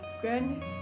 grand